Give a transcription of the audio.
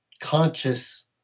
conscious